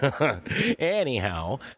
Anyhow